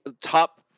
top